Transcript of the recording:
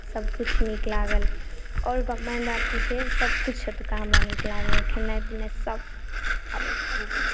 सभकिछु नीक लागल आओर मेन बात की छै सभकिछु एतुका हमरा नीक लगैए खेनाइ पिनाइसभ आब एहिसँ आँगा कुछ